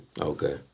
Okay